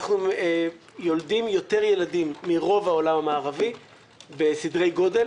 אנחנו יולדים יותר ילדים מרוב העולם המערבי בסדרי גודל